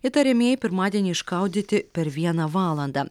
įtariamieji pirmadienį išgaudyti per vieną valandą